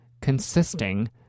consisting